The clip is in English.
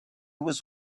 was